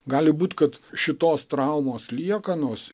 gali būti kad šitos traumos liekanos